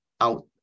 out